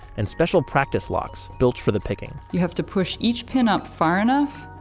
and special practice locks built for the picking you have to push each pin up far enough,